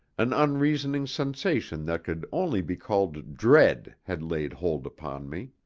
an unreasoning sensation that could only be called dread had laid hold upon me.